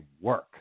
work